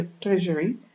Treasury